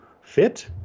fit